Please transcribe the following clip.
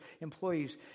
employees